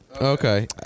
Okay